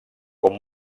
com